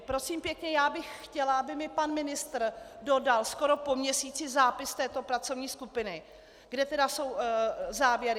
Prosím pěkně, já bych chtěla, aby mi pan ministr dodal skoro po měsíci zápis z této pracovní skupiny, kde jsou závěry.